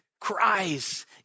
cries